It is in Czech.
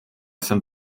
jsem